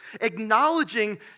Acknowledging